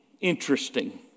interesting